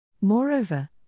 Moreover